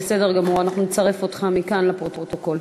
בסדר גמור, אנחנו נצרף אותך מכאן לפרוטוקול.